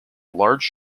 large